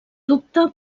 dubte